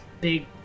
big